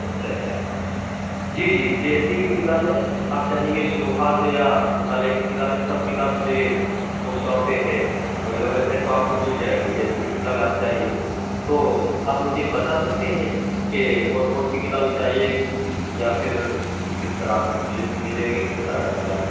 اچھا اچھا جی جی جیسی بھی کتابیں آپ چاہیں گے شروحات یا مطالعے کی کتابیں سب کتابیں میرے بک شاپ پہ ہیں اویلیبل ہیں تو آپ کو مل جائے گی جیسی بھی کتابیں آپ چاہیے تو آپ مجھے بتا سکتے ہیں کہ کون کون سی کتابیں چاہیے یا پھر کس طرح لیسٹ بھیجیں گے کس طرح کریں گے آپ